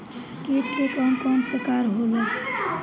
कीट के कवन कवन प्रकार होला?